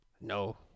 No